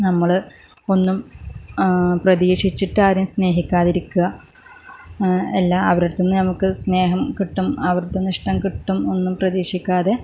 നമ്മള് ഒന്നും പ്രതീക്ഷിച്ചിട്ട് ആരെയും സ്നേഹിക്കാതിരിക്കുക എല്ലാം അവരുടെ അടുത്ത് നിന്ന് സ്നേഹം കിട്ടും അവിടുന്ന് ഇഷ്ടം കിട്ടും ഒന്നും പ്രതീക്ഷിക്കാതെ